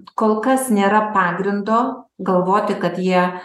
kol kas nėra pagrindo galvoti kad jie